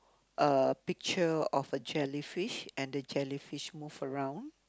a picture of a jellyfish and the jellyfish move around